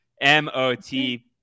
M-O-T